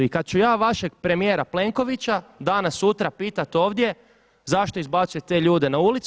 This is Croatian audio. I kad ću ja vašeg premijera Plenkovića danas sutra pitat ovdje zašto izbacuje te ljude na ulicu?